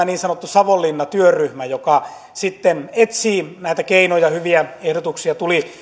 niin sanottu savonlinna työryhmä joka sitten etsii näitä keinoja hyviä ehdotuksia tuli